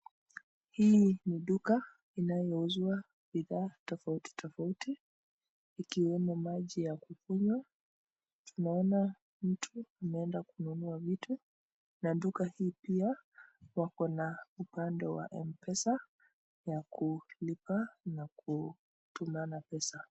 Hii ni duka inayouzwa bidhaa tofauti tofauti, ikiwemo maji ya kunywa. Tunaona mtu ameenda kununua vitu na duka hii pia wako na upande wa M-Pesa ya kulipa na kutuma na pesa.